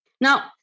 Now